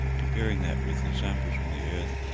comparing that with the samples from the earth,